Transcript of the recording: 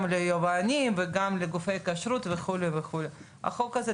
גם ליבואנים וגם לגופי כשרות וכו' וכו'.